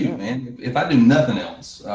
if i do nothing else,